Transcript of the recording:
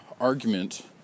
argument